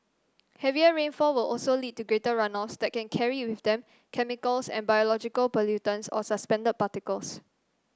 heavier rainfall will also lead to greater runoffs that can carry with them chemical and biological pollutants or suspended particles